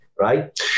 right